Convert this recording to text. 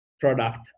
product